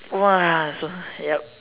!wah! so yup